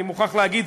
אני מוכרח להגיד,